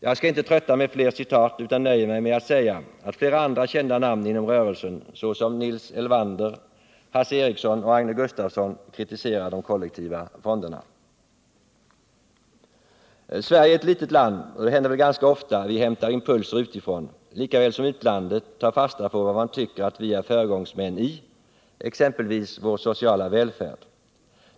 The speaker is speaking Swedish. Jag skall inte trötta med fler citat utan nöjer mig med att säga att flera andra kända namn inom rörelsen, såsom Nils Elvander, Hasse Ericson och Agne Gustafsson, kritiserar de kollektiva fonderna. Sverige är ett litet land, och det händer väl ganska ofta att vi hämtar impulser utifrån, lika väl som utlandet tar fasta på vad man tycker att vi är föregångsmän i, exempelvis vår sociala välfärd.